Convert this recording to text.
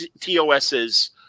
TOS's